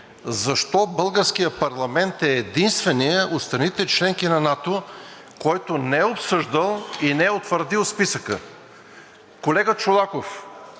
защо българският парламент е единственият от страните – членки на НАТО, който не е обсъждал и не е утвърдил списъка. Господин Чолаков,